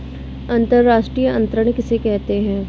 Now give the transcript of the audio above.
अंतर्राष्ट्रीय अंतरण किसे कहते हैं?